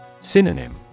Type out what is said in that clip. Synonym